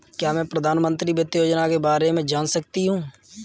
क्या मैं प्रधानमंत्री वित्त योजना के बारे में जान सकती हूँ?